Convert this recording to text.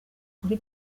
kuri